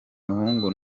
muhungu